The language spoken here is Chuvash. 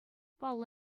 паллӑ